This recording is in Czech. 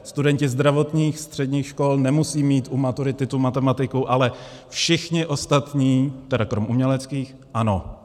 Studenti zdravotních středních škol nemusí mít u maturity matematiku, ale všichni ostatní, tedy krom uměleckých, ano.